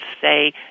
say